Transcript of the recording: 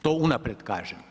To unaprijed kažem.